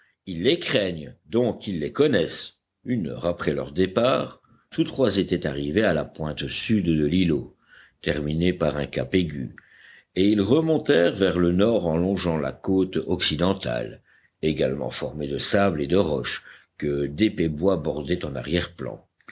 ils les craignent donc ils les connaissent une heure après leur départ tous trois étaient arrivés à la pointe sud de l'îlot terminée par un cap aigu et ils remontèrent vers le nord en longeant la côte occidentale également formée de sable et de roches que d'épais bois bordaient en arrière plan